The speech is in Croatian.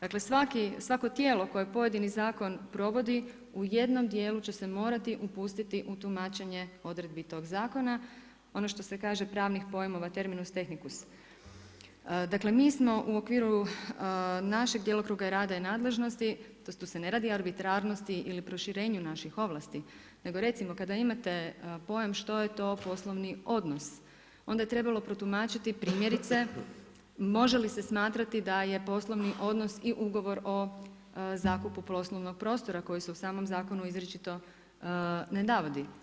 Dakle, svako tijelo koje pojedini zakon provodi, u jednom dijelu će se morati upustiti u tumačenje odredbe tog zakona, ono što se kaže pravnih pojmova … Dakle, mi smo u okviru našeg djelokruga rada i nadležnosti, tu se ne radi o arbitrarnosti ili proširenju naših ovlasti, nego recimo, kada imate pojam, što je to poslovni odnos, onda je trebalo protumačiti, primjerice, može li se smatrati, da je poslovni odnos i ugovor o zakupu poslovnog prostora, koji se u samom zakonu izričito ne navodi.